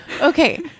Okay